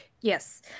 Yes